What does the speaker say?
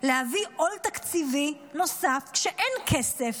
להביא עול תקציבי נוסף כשאין כסף,